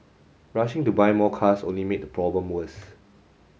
rushing to buy more cars only made the problem worse